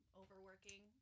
overworking